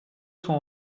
sont